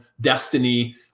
destiny